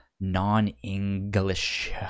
non-English